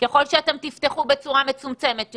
ככל שתפתחו בצורה מצומצמת יותר,